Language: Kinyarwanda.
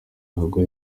ruhago